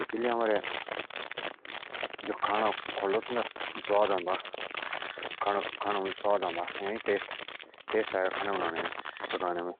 इतोलिया हमारे खाना मुजा टेस्ट आदा।